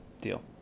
Deal